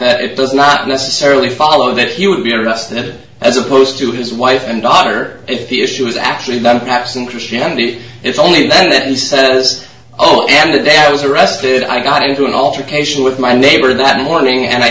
that it does not necessarily follow that he would be arrested as opposed to his wife and daughter if the issue was actually done absent christianity it's only that it is said it is oh and the day i was arrested i got into an altercation with my neighbor that morning and i